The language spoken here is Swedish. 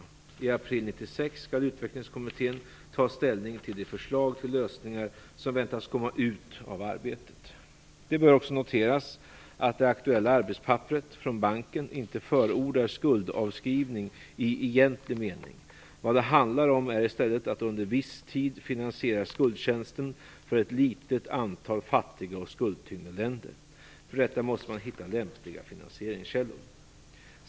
I april 1996 skall Utvecklingskommittén ta ställning till de förslag till lösningar som väntas komma ut av arbetet. Det bör också noteras att det aktuella arbetspapperet från banken inte förordar skuldavskrivning i egentlig mening. Vad det handlar om är i stället att under viss tid finansiera skuldtjänsten för ett litet antal fattiga och skuldtyngda länder. För detta måste man hitta lämpliga finansieringskällor.